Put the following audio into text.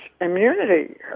immunity